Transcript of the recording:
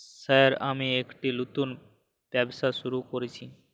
Sir আমি একটি নতুন ব্যবসা শুরু করেছি?